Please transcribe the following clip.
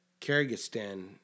Kyrgyzstan